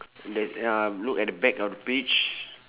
uh look at the back of the page